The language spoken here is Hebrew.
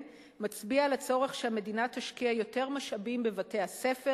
מצביע על הצורך שהמדינה תשקיע יותר משאבים בבתי-הספר